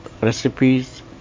recipes